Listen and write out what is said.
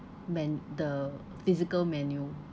men~ the physical menu